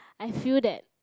I feel that